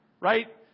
Right